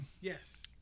Yes